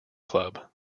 club